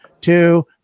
two